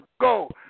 go